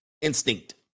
instinct